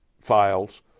files